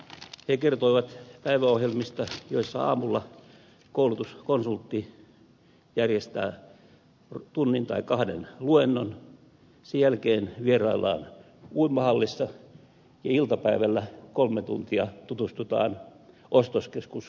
he kertoivat päiväohjelmista joissa aamulla koulutuskonsultti järjestää tunnin tai kahden luennon sen jälkeen vieraillaan uimahallissa ja iltapäivällä kolme tuntia tutustutaan kauppakeskus myllyyn